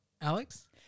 Alex